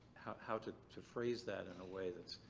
how to to phrase that in a way that's.